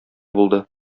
булды